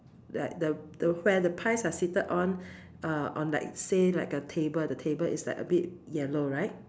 like the the where the pies are seated on err on like say like a table the table is like a bit yellow right